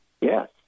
Yes